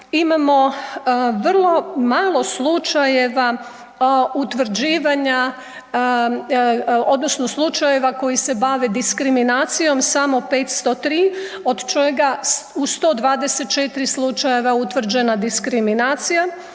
imamo vrlo malo slučajeva utvrđivanja odnosno slučajeva koji se bave diskriminacijom, samo 503 od čega u 124 slučajeva je utvrđena diskriminacija.